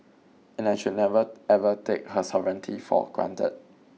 and I should never ever take her sovereignty for granted